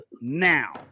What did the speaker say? now